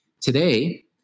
Today